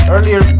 Earlier